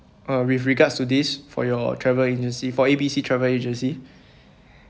uh with regards to this for your travel agency for A_B_C travel agency